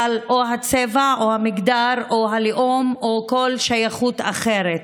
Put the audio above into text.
הצבע או המגדר או הלאום או כל שייכות אחרת.